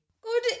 Good